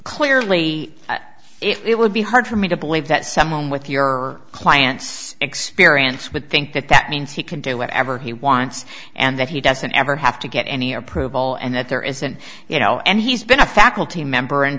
clearly it would be hard for me to believe that someone with your client's experience would think that that means he can do whatever he wants and that he doesn't ever have to get any approval and that there isn't you know and he's been a faculty member and